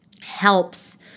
helps